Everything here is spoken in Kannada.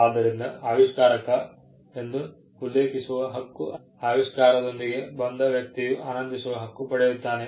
ಆದ್ದರಿಂದ ಆವಿಷ್ಕಾರಕ ಎಂದು ಉಲ್ಲೇಖಿಸುವ ಹಕ್ಕು ಆವಿಷ್ಕಾರದೊಂದಿಗೆ ಬಂದ ವ್ಯಕ್ತಿಯು ಆನಂದಿಸುವ ಹಕ್ಕು ಪಡೆಯುತ್ತಾನೆ